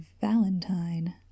valentine